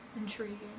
Intriguing